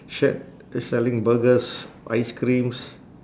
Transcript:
shed that selling burgers ice creams